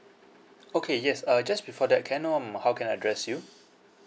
okay yes uh just before that can I know mm how can I address you